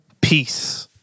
peace